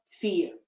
fear